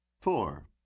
Four